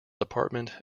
department